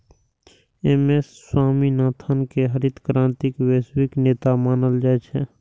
M S Swaminathan कें हरित क्रांतिक वैश्विक नेता मानल जाइ छै